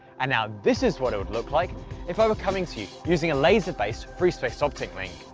and now this is what it would look like if i were coming to you using a laser based free space optic link.